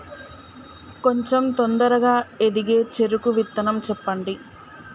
కొంచం తొందరగా ఎదిగే చెరుకు విత్తనం చెప్పండి?